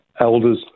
elders